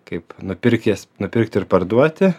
kaip nupirkęs nupirkti ir parduoti